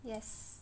yes